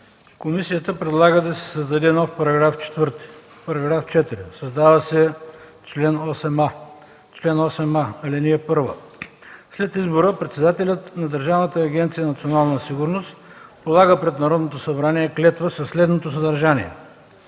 Комисията предлага да се създаде нов § 4: „§ 4. Създава се чл. 8а: „Чл. 8а. (1) След избора председателят на Държавна агенция „Национална сигурност” полага пред Народното събрание клетва със следното съдържание: